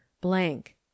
blank